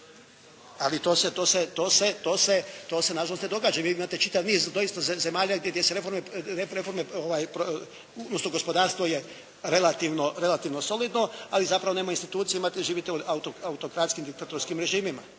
ali to se na žalost ne događa i vi imate čitav niz doista zemalja gdje se reforme, odnosno gospodarstvo je relativno solidno, ali zapravo nema institucije, živite autokratskim, diktatorskim režimima.